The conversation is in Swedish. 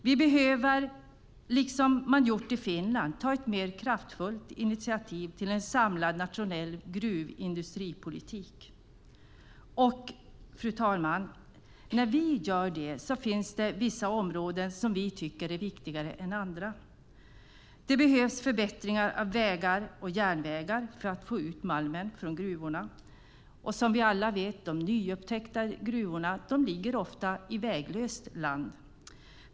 Vi behöver, liksom man gjort i Finland, ta ett mer kraftfullt initiativ till en samlad nationell gruvindustripolitik. Fru talman! När vi gör det finns det vissa områden som vi tycker är viktigare än andra. Det behövs förbättringar av vägar och järnvägar för att få ut malmen från gruvorna. Som vi alla vet ligger de nyupptäckta gruvfyndigheterna ofta i väglöst land.